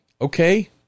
Okay